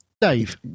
Dave